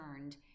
turned